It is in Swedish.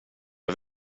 jag